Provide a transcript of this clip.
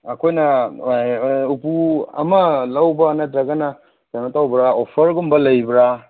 ꯑꯩꯈꯣꯏꯅ ꯎꯄꯨ ꯑꯃ ꯂꯧꯕ ꯅꯠꯇ꯭ꯔꯒꯅ ꯀꯩꯅꯣ ꯇꯧꯕ꯭ꯔꯥ ꯑꯣꯐꯔꯒꯨꯝꯕ ꯂꯩꯕ꯭ꯔꯥ